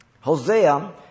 Hosea